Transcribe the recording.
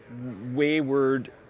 wayward